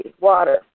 water